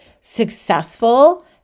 successful